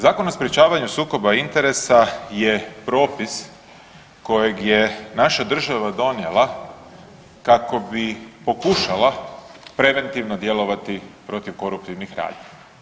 Zakon o sprečavanju sukoba interesa je propis kojeg je naša država donijela kako bi pokušala preventivno djelovati protiv koruptivnih radnji.